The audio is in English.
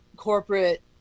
corporate